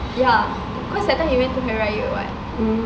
ya cause that time we went during raya [what]